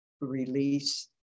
release